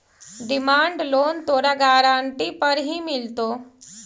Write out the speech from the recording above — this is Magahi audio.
डिमांड लोन तोरा गारंटी पर ही मिलतो